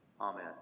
Amen